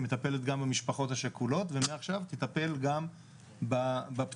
היא מטפלת גם במשפחות השכולות ומעכשיו תטפל גם בפצועים.